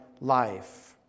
life